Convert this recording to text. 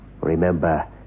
remember